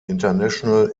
international